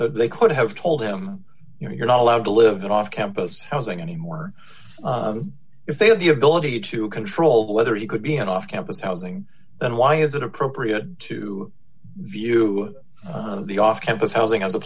they could have told him you're not allowed to live off campus housing anymore if they have the ability to control whether he could be an off campus housing and why is it appropriate to view the off campus housing